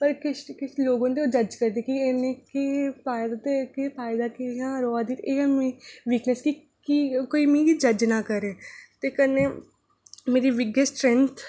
पर किश किश लोग होंदे ओह् जज करदे कि केह् पाए दा केह् पाए दा कियां रवै दी एह् मेरी वीकनेस कि कोई मिगी जज ना करे ते कन्नै मेरी बिग्गेस्ट स्ट्रेंथ